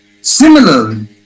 similarly